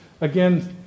again